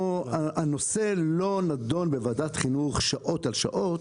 הנושא לא נידון בוועדת החינוך שעות על גבי שעות